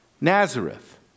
Nazareth